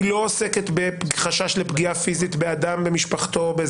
היא לא עוסקת בחשש לפגיעה פיזית באדם ובמשפחתו.